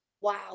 wow